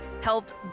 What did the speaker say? helped